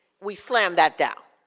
we slammed that down.